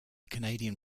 canadian